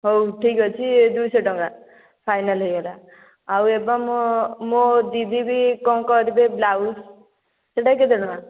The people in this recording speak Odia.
ହଉ ଠିକ୍ଅଛି ଏ ଦୁଇଶହ ଟଙ୍କା ଫାଇନାଲ୍ ହେଇଗଲା ଆଉ ଏବଂ ମୋ ମୋ ଦିଦି ବି କ'ଣ କରିବେ ବ୍ଲାଉଜ ସେଇଟା ବି କେତେ ଟଙ୍କା